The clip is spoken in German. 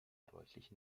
deutlich